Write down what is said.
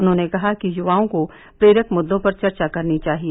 उन्होंने कहा कि युवाओं को प्रेरक मुद्दों पर चर्चा करनी चाहिए